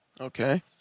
Okay